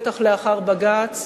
בטח לאחר בג"ץ.